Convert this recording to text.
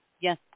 Yes